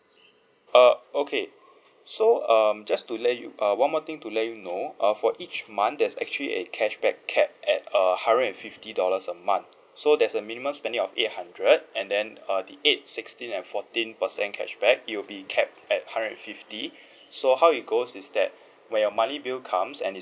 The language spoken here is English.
uh okay so um just to let you uh one more thing to let you know uh for each month there's actually a cashback cap at a hundred fifty dollars a month so there's a minimum spending of eight hundred and then uh the eight sixteen and fourteen percent cashback it'll be capped at hundred and fifty so how it goes is that when your monthly bill comes and it's